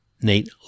Nate